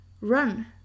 run